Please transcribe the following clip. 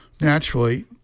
Naturally